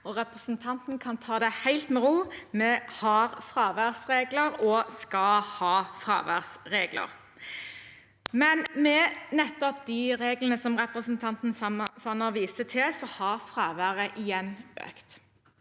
Representanten kan ta det helt med ro, vi har fraværsregler og skal ha fraværsregler. Men med nettopp de reglene som representanten Sanner viste til, har fraværet igjen økt.